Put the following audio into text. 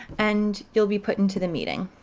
and you'll be put into the meeting.